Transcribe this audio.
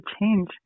change